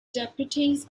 deputies